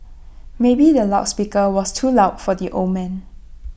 maybe the loud speaker was too loud for the old man